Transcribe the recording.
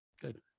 Good